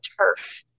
turf